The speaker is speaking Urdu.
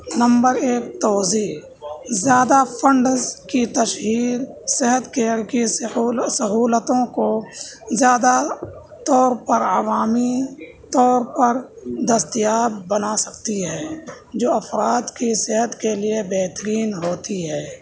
نمبر ایک توضیع زیادہ فنڈز کی تشہیر صحت کیئر کی سہولتوں کو زیادہ طور پر عوامی طور پر دستیاب بنا سکتی ہے جو افراد کی صحت کے لیے بہترین ہوتی ہے